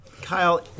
Kyle